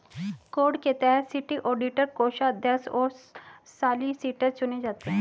code के तहत city auditor, कोषाध्यक्ष और सॉलिसिटर चुने जाते हैं